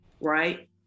right